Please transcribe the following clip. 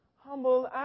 humble